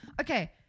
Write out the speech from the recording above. Okay